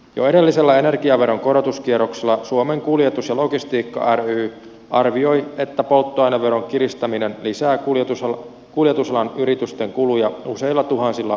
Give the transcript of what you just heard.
jo edellisellä energiaveronkorotuskierroksella suomen kuljetus ja logistiikka ry arvioi että polttoaineveron kiristäminen lisää kuljetusalan yritysten kuluja useilla tuhansilla euroilla vuodessa